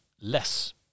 less